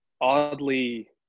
Oddly